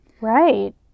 Right